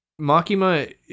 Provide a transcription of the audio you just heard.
Makima